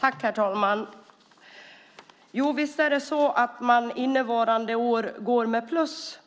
Herr talman! Ja, visst är det så att man innevarande år går med plus.